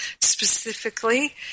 specifically